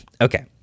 Okay